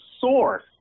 source